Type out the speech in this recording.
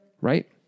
Right